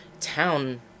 town